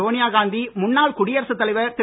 சோனியா காந்தி முன்னாள் குடியரசுத் தலைவர் திரு